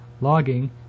logging